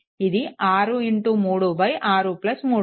ఇది 63 63